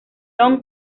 long